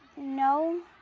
no,